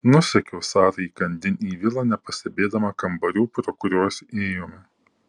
nusekiau sarai įkandin į vilą nepastebėdama kambarių pro kuriuos ėjome